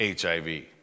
HIV